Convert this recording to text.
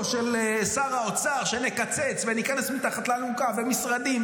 של שר האוצר שנקצץ וניכנס מתחת לאלונקה ומשרדים,